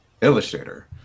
illustrator